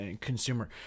consumer